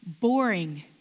boring